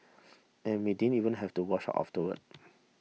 and we didn't even have to wash up afterwards